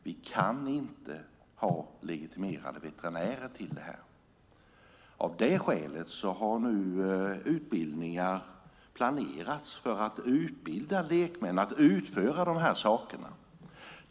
Vi kan inte ha legitimerade veterinärer till det här. Av det skälet har nu utbildningar för lekmän planerats för att de ska kunna utföra vaccineringarna.